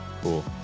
Cool